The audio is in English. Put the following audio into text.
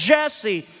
Jesse